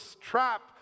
trap